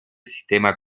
sistema